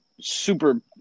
super